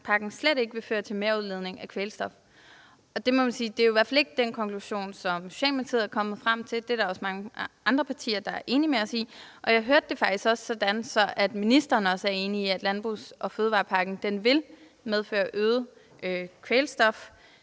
landbrugspakken slet ikke vil føre til merudledning af kvælstof. Og vi må sige, at det jo i hvert fald ikke er den konklusion, som Socialdemokratiet er kommet frem til – det er der også mange andre partier der er enige med os i. Og jeg hørte det faktisk også sådan, at ministeren også er enig i, at fødevare- og landbrugspakken vil medføre øget